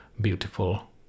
beautiful